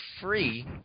free